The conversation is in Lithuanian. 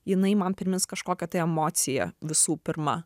jinai man primins kažkokią tai emociją visų pirma